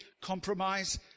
compromise